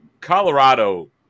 Colorado